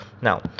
Now